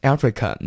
Africa